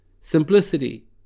simplicity